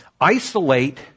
isolate